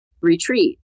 retreat